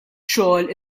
xogħol